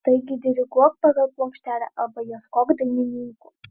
tai diriguok pagal plokštelę arba ieškok dainininkų